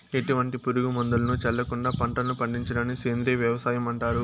ఎటువంటి పురుగు మందులను చల్లకుండ పంటలను పండించడాన్ని సేంద్రీయ వ్యవసాయం అంటారు